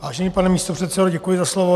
Vážený pane místopředsedo, děkuji za slovo.